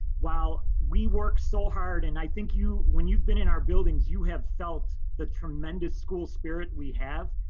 while we work so hard and i think you, when you've been in our buildings, you have felt the tremendous school spirit we have.